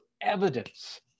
evidence